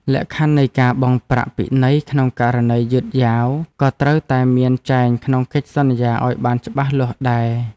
លក្ខខណ្ឌនៃការបង់ប្រាក់ពិន័យក្នុងករណីយឺតយ៉ាវក៏ត្រូវតែមានចែងក្នុងកិច្ចសន្យាឱ្យបានច្បាស់លាស់ដែរ។